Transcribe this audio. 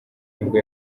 nibwo